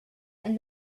and